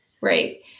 right